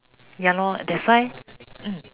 ya lor that's why mm